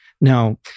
now